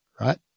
right